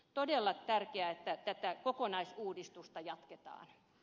todella tärkeää että tätä kokonaisuudistusta jatketaan